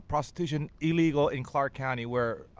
prostitution illegal in clark county where ah.